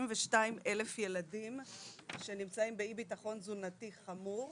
92,000 ילדים שנמצאים באי-ביטחון תזונתי חמור.